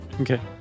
Okay